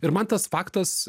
ir man tas faktas